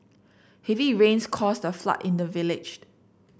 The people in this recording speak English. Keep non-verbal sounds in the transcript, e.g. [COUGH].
heavy rains caused a flood in the village [UNINTELLIGIBLE]